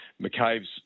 McCabe's